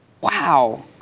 Wow